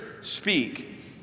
speak